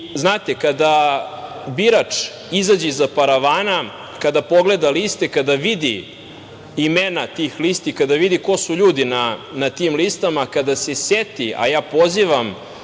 Znate, kada birač izađe iza paravana, kada pogleda liste, kada vidi imena tih listi, kada vidi ko su ljudi na tim listama, kada se seti, a ja pozivam